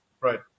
Right